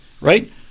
right